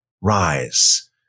rise